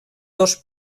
dos